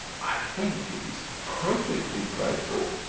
i think it is perfectly dreadful,